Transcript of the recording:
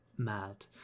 mad